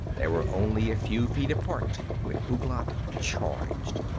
they were only a few feet apart when ouglat charged.